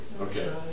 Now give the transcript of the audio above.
okay